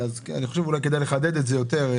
אני חושב שאולי כדאי לחדד את זה יותר.